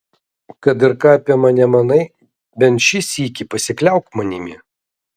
kad ir ką apie mane manai bent šį sykį pasikliauk manimi